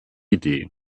idee